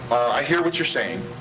i hear what you're saying.